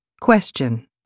Question